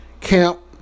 camp